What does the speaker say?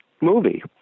movie